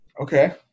Okay